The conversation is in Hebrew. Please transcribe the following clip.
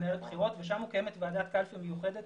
מנהל הבחירות ושם מוקמת ועדת קלפי מיוחדת